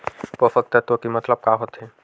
पोषक तत्व के मतलब का होथे?